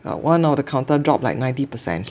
one of the counter drop like ninety percent